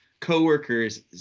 co-workers